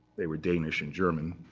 they were danish and german.